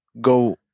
go